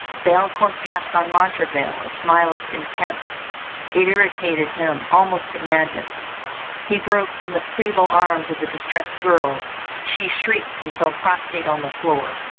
belcour cast on montraville a smile of contempt it irritated him almost to madness he broke from the feeble arms of the distressed girl she shrieked and fell prostrate on the floor.